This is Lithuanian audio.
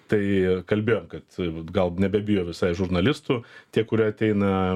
tai kalbėjom kad vat gal nebebijo visai žurnalistų tie kurie ateina